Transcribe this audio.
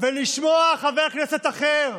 ולשמוע חבר כנסת אחר,